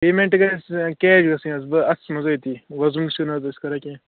payment گَژھِ cash گژھٕنۍ حظ اتھس منٛز اَتی وۄزُم چھُ نہٕ حظ أسۍ کَران کیٚنٛہہ